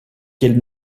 kiel